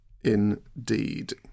indeed